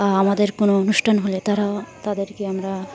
আমাদের কোনো অনুষ্ঠান হলে তারাও তাদেরকে আমরা